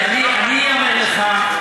אני אומר לך.